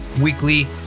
weekly